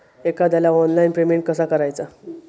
एखाद्याला online payment कसा करायचा?